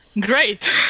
Great